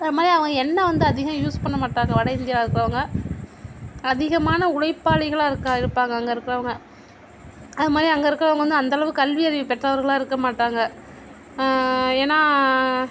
அதுமாதிரி அவங்க எண்ணெய் வந்து அதிகம் யூஸ் பண்ணமாட்டாங்க வடஇந்தியாவில் இருக்கறவங்க அதிகமான உழைப்பாளிகளாக இருக்கா இருப்பாங்க அங்கே இருக்கிறவங்க அதுமாதிரி அங்கே இருக்கிறவங்க அந்தளவுக்கு கல்வி அறிவு பெற்றவர்களாக இருக்க மாட்டாங்க ஏனால்